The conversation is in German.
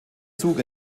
zug